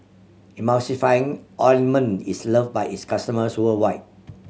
Emulsying Ointment is love by its customers worldwide